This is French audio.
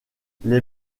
les